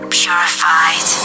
purified